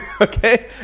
Okay